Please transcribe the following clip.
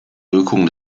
wirkung